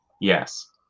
Yes